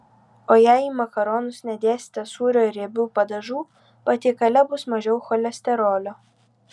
o jei į makaronus nedėsite sūrio ir riebių padažų patiekale bus mažiau cholesterolio